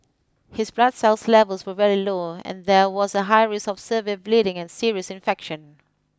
his blood cell's levels were very low and there was a high risk of severe bleeding and serious infection